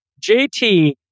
JT